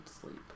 Sleep